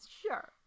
sure